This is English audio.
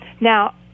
Now